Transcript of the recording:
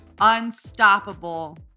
unstoppable